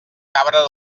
cabra